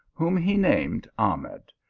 whom he named ahmed,